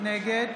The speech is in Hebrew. נגד